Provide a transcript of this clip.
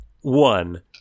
one